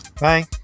Bye